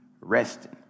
resting